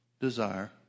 desire